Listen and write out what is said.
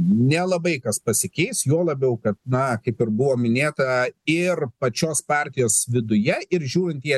nelabai kas pasikeis juo labiau kad na kaip ir buvo minėta ir pačios partijos viduje ir žiūrint į